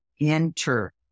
enter